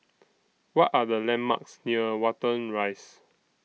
What Are The landmarks near Watten Rise